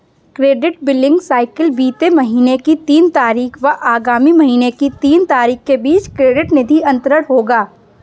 credit billing cycle बीते महीने की तीन तारीख व आगामी महीने की तीन तारीख के बीच क्रेडिट निधि अंतरण होगा